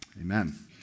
Amen